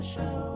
Show